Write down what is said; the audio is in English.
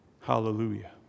Hallelujah